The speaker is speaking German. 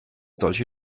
solche